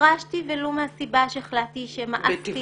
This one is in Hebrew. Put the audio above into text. פרשתי ולו מהסיבה שהחלטתי שמאסתי.